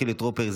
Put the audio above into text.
חילי טרופר,